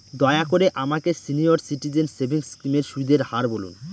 দয়া করে আমাকে সিনিয়র সিটিজেন সেভিংস স্কিমের সুদের হার বলুন